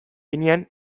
ginen